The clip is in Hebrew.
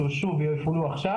שאושרו ויופעלו עכשיו.